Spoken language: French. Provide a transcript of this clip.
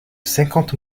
cinquante